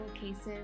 cases